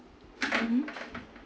mmhmm